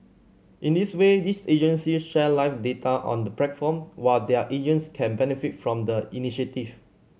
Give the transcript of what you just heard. in this way these agencies share live data on the platform while their agents can benefit from the initiative